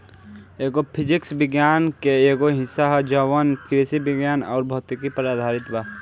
agro physics विज्ञान के एगो हिस्सा ह जवन कृषि विज्ञान अउर भौतिकी पर आधारित बा